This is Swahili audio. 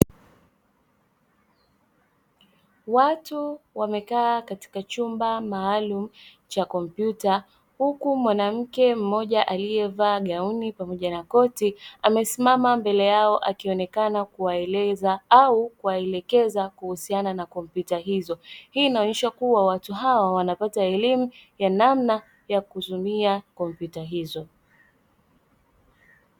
Watu wamekaa katika chumba maalum cha kompyuta huku mwanamke mmoja aliyevaa gauni pamoja na koti, amesimama mbele yao akionekana kuwaeleza au kuwaelekeza kuhusiana na kompyuta hizo; hii inaonyesha kuwa watu hawa wanapata elimu ya namna ya kuzitumia kompyuta hizo.